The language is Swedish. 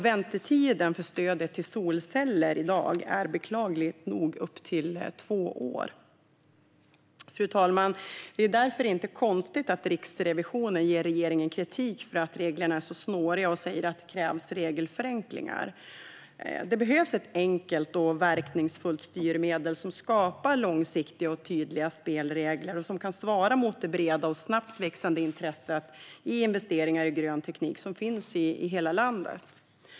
Väntetiden för stödet till solceller är i dag, beklagligt nog, upp till två år. Fru talman! Det är därför inte konstigt att Riksrevisionen ger regeringen kritik för att reglerna är snåriga och säger att det krävs regelförenklingar. Det behövs ett enkelt och verkningsfullt styrmedel som skapar långsiktiga och tydliga spelregler och som kan svara mot det breda och snabbt växande intresse för investeringar i grön teknik som finns i hela landet.